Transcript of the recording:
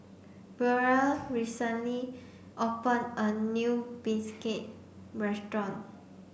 Burrel recently opened a new Bistake restaurant